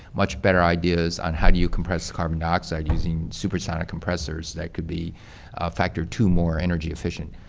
much better ideas on how you compress carbon dioxide using super sonic compressors that could be factor two more energy efficient.